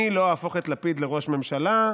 אני לא אהפוך את לפיד לראש ממשלה,